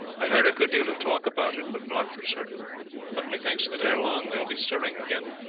i heard a good deal of talk about it, but naught for certain but methinks that ere long they will be stirring again.